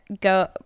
go